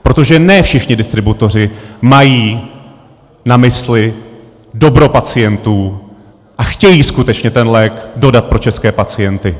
Protože ne všichni distributoři mají na mysli dobro pacientů a chtějí skutečně ten lék dodat pro české pacienty.